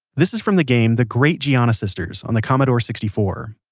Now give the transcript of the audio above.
this is from the game the great giana sisters on the commodore sixty four.